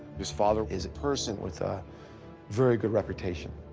his father is a person with a very good reputation,